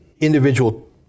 Individual